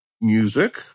music